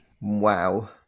wow